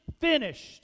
finished